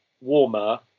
warmer